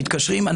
מתקשרים אלינו.